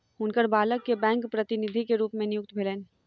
हुनकर बालक के बैंक प्रतिनिधि के रूप में नियुक्ति भेलैन